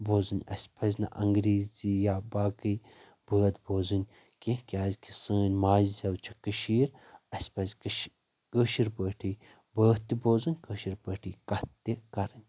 بوزٕنۍ اسہِ پزِ نہٕ انگریٖزی یا باقٕے بٲتھ بوزٕنۍ کیٚنہہ کیازِ کہِ سٲنۍ ماجہِ زٮ۪و چھِ کٔشیٖر اسہِ پزِ کٔشِ کٲشر پٲٹھی بٲتھ تہِ بوزٕنۍ کٲشِر پٲٹھی کتھ تہِ کرٕنۍ